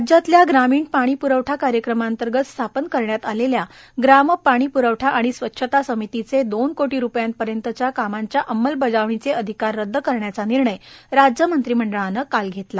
राज्यातल्या प्रामीण पाणी पुरवठा कार्यक्रमांतर्गत स्थापन करण्यात आलेल्या प्राम पाणीपुरवठा आणि स्वच्छता समितीचे दोन कोटी रूपयापर्यंतच्या कामांच्या अंमलबजावणीचे अधिकार रद्द करण्याचा निर्णय राज्य मंत्रीमंडळाने काल घेतला